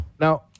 Now